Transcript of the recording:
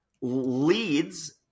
leads